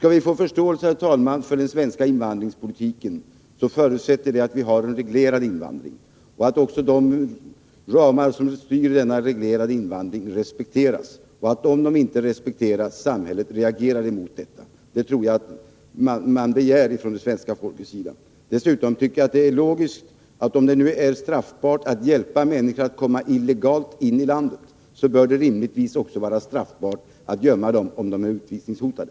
Om vi, herr talman, skall få förståelse för den svenska invandringspolitiken, måste förutsättningen vara att vi har en reglerad invandring och att de ramar som styr denna reglerade invandring respekteras samt att, om de inte respekteras, samhället reagerar mot det. Detta tror jag att svenska folket begär. Dessutom tycker jag att det är logiskt att det, om det är straffbart att hjälpa människor att illegalt komma in i landet, rimligtvis också bör vara straffbart att gömma dem, om de är utvisningshotade.